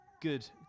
Good